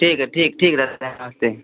ठीक है ठीक ठीक रखते हैं नमस्ते